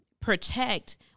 protect